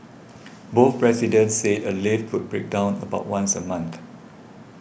both residents said a lift would break down about once a month